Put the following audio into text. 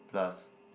plus